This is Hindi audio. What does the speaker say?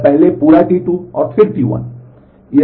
या पहले पूरे T2 और फिर T1